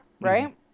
right